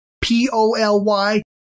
p-o-l-y